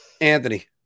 Anthony